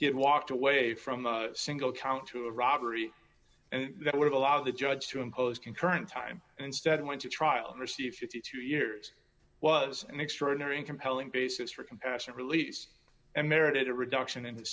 yet walked away from a single count to a robbery and that would allow the judge to impose concurrent time instead went to trial and received fifty two years was an extraordinary and compelling basis for compassionate release and merited a reduction in